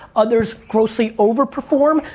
others grossly over-perform.